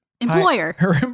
Employer